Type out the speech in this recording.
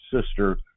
sister